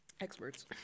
experts